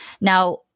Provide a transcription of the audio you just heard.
Now